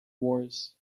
wars